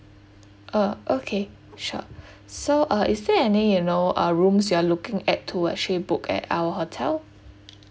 uh okay sure so uh is there any you know uh rooms you're looking at to actually book at our hotel